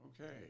Okay